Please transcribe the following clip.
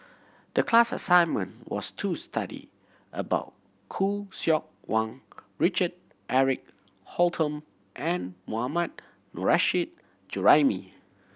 the class assignment was to study about Khoo Seok Wan Richard Eric Holttum and Mohammad Nurrasyid Juraimi